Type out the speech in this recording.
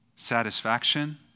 Satisfaction